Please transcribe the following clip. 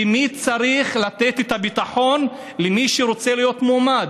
ומי צריך לתת את הביטחון למי שרוצה להיות מועמד?